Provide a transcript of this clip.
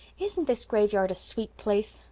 isn't this graveyard a sweet place?